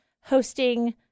hosting